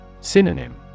Synonym